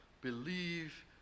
believe